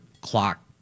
clock